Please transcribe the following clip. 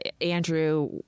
Andrew